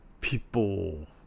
people